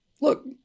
look